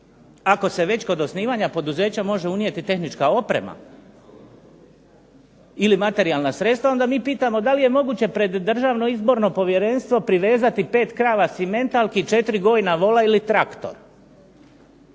Ako se već kod osnivanja poduzeća može unijeti tehnička oprema ili materijalna sredstva onda mi pitamo da li je moguće pred Državno izborno povjerenstvo privezati 5 krava simentalki, 4 ... vola ili traktor